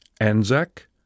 Anzac